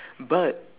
but